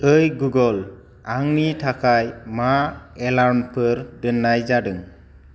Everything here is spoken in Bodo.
ओइ गुगोल आंनि थाखाय मा एलार्मफोर दोननाय जादों